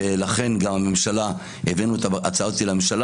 ולכן הבאנו את ההצעה לממשלה.